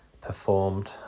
performed